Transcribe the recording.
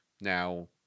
Now